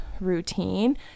routine